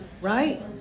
right